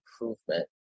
improvement